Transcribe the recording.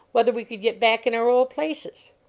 whether we could get back in our old places?